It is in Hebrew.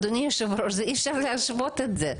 אדוני היושב-ראש, אי אפשר להשוות את זה.